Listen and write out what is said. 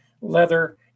leather